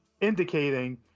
indicating